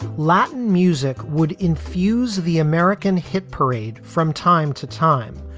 latin music would infuse the american hit parade from time to time,